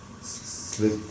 sleep